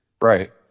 Right